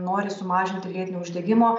nori sumažinti lėtinio uždegimo